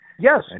Yes